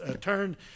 turn